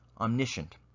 omniscient